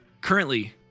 Currently